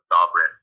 sovereign